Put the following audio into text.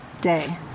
day